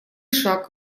шаг